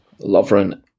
Lovren